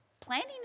Planning